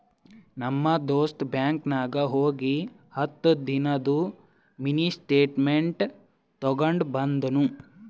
ನಮ್ ದೋಸ್ತ ಬ್ಯಾಂಕ್ ನಾಗ್ ಹೋಗಿ ಹತ್ತ ದಿನಾದು ಮಿನಿ ಸ್ಟೇಟ್ಮೆಂಟ್ ತೇಕೊಂಡ ಬಂದುನು